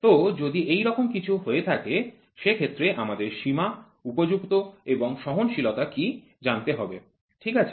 তো যদি এরকমই কিছু হয়ে থাকে সেক্ষেত্রে আমাদেরকে সীমা উপযুক্ত এবং সহনশীলতা কি জানতে হবে ঠিক আছে